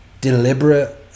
deliberate